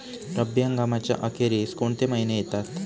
रब्बी हंगामाच्या अखेरीस कोणते महिने येतात?